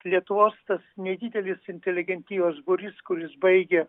lietuvos tas nedidelis inteligentijos būrys kuris baigė